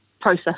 process